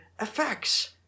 effects